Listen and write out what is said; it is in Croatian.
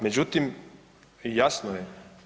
Međutim, jasno je.